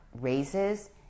raises